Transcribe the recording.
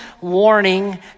warning